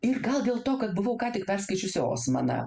ir gal dėl to kad buvau ką tik perskaičiusi osmaną